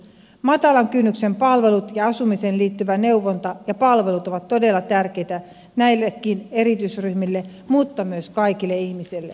matalan kynnyksen palvelut ja asumiseen liittyvä neuvonta ja palvelut ovat todella tärkeitä näillekin erityisryhmille mutta myös kaikille ihmisille